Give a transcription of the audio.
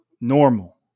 normal